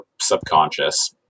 subconscious